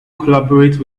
collaborate